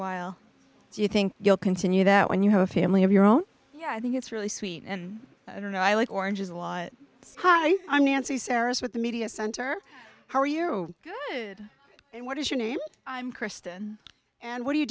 while do you think you'll continue that when you have a family of your own yeah i think it's really sweet and i don't know i like oranges a lot hi i'm nancy sarah's with the media center how are you good and what is your name i'm kristen and what do you